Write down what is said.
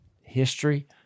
history